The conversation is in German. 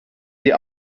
sie